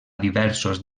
diversos